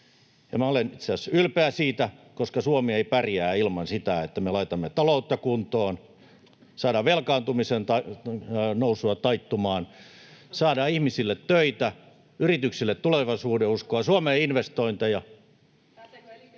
ylpeä siitä, koska Suomi ei pärjää ilman sitä, että me laitamme taloutta kuntoon, saadaan velkaantumisen nousua taittumaan, saadaan ihmisille töitä, yrityksille tulevaisuudenuskoa ja Suomeen investointeja.